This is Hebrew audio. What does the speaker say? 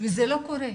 וזה לא קורה.